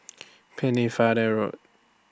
Pennefather Road